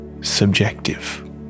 subjective